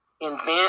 Invent